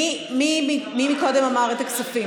מי קודם אמר כספים?